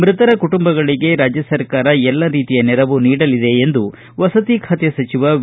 ಮೃತರ ಕುಟುಂಬಗಳಿಗೆ ರಾಜ್ಯ ಸರ್ಕಾರ ಎಲ್ಲ ನೆರವು ನೀಡಲಿದೆ ಎಂದು ವಸತಿ ಖಾತೆ ಸಚಿವ ವಿ